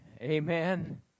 Amen